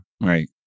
Right